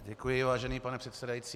Děkuji, vážený pane předsedající.